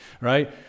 right